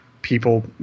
people